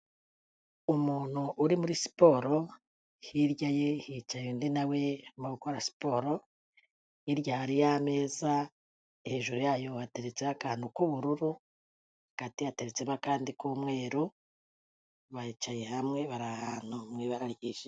Umuntu uri muri siporo, hirya ye hicaye undi nawe uri gukora siporo, hirya hariyo ameza, hejuru yayo hateretse akantu k'ubururu, hagati yateretsemo akandi k'umweru, bicaye hamwe bari ahantu mu ibara ryijimye.